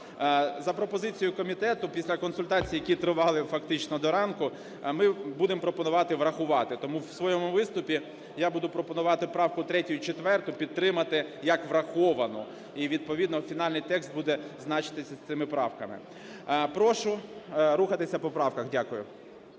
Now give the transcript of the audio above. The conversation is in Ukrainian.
за пропозицією комітету після консультацій, які тривали фактично до ранку, ми будемо пропонувати врахувати. Тому в своєму виступі я буду пропонувати правки 3-ю і 4-у підтримати як врахованими, і, відповідно, фінальний текст буде значитися із цими правками. Прошу рухатися по правках. Дякую.